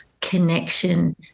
connection